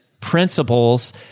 principles